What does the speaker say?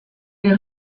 les